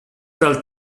dal